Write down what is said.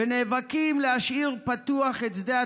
להשאיר את שדה התעופה,